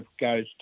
goes